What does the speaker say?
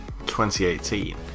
2018